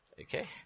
Okay